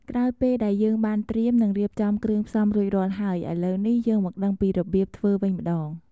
ក្រោយពេលដែលយើងបានត្រៀម និងរៀបចំគ្រឿងផ្សំរួចរាល់ហើយ ឥឡូវនេះយើងមកដឹងពីរបៀបធ្វើវិញម្ដង។